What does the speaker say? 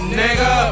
nigga